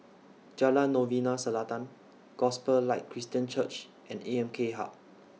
Jalan Novena Selatan Gospel Light Christian Church and A M K Hub